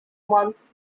months